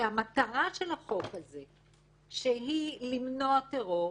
שהמטרה של החוק הזה, שהיא למנוע טרור,